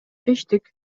чечтик